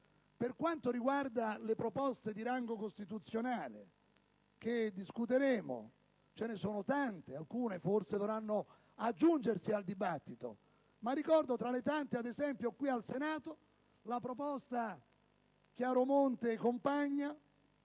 Per quanto riguarda le proposte di rango costituzionale che discuteremo, ce ne sono molte ed alcune forse dovranno aggiungersi al dibattito, ricordo, fra le tante qui al Senato, quella Chiaromonte-Compagna